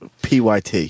Pyt